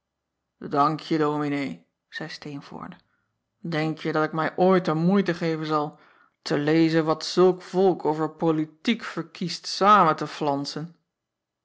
ankje ominee zeî teenvoorde denkje dat ik mij ooit de moeite geven zal te lezen wat zulk volk over politiek verkiest samen te flanzen